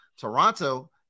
Toronto